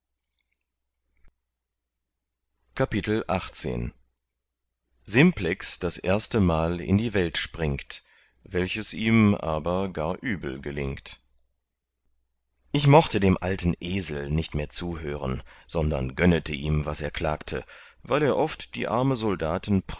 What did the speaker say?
simplex das erstemal in die welt springt welches ihm aber gar übel gelingt ich mochte dem alten esel nicht mehr zuhören sondern gönnete ihm was er klagte weil er oft die arme